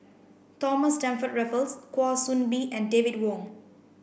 Thomas Stamford Raffles Kwa Soon Bee and David Wong